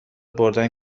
بردن